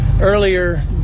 earlier